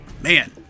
man